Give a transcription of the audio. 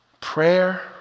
Prayer